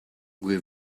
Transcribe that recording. were